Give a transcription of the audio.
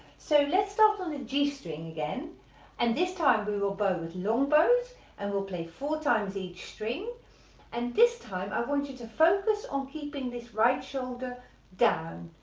so let's start on the g string again and this time we will bow with long bows and we'll play four times each string and this time i want you to focus on keeping this right shoulder down,